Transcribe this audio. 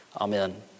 Amen